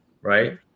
Right